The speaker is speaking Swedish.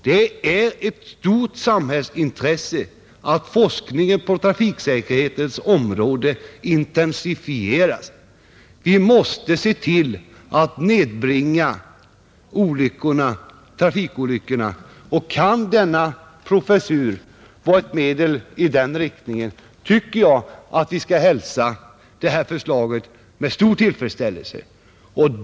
Det är ett stort samhällsintresse att forskningen på trafiksäkerhetens område intensifieras. Vi måste se till att nedbringa trafikolyckorna, och kan denna professur bidra till en utveckling i den riktningen, tycker jag att vi bör hälsa förslaget med stor tillfredsställelse.